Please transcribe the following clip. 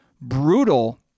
brutal